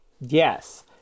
Yes